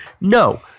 No